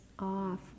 off